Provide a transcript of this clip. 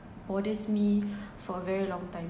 bothers me for very long time